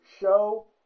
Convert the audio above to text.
show